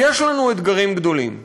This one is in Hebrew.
אז יש לנו אתגרים גדולים.